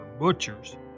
butchers